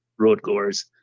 roadgoers